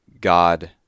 God